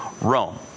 Rome